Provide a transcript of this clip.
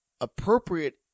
appropriate